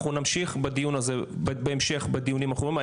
אנחנו נמשיך בהמשך בדיונים האחרונים.